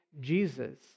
Jesus